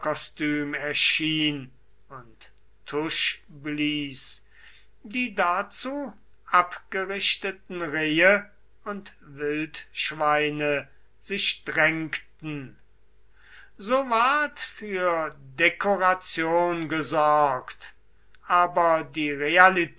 erschien und tusch blies die dazu abgerichteten rehe und wildschweine sich drängten so ward für dekoration gesorgt aber die realität